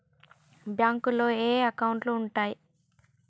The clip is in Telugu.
బ్యాంకులో ఏయే అకౌంట్లు ఉంటయ్?